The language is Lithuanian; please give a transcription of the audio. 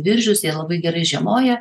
viržius jie labai gerai žiemoja